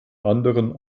anderen